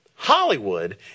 Hollywood